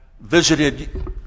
visited